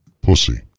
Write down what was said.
Pussy